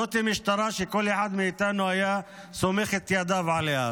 -- זאת משטרה שכל אחד מאיתנו היה סומך את ידיו עליה,